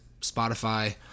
Spotify